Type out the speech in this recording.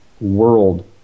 world